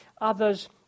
others